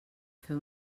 fer